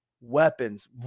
weapons